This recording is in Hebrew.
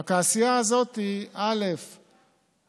אלא שהעשייה הזאת לא הושלמה,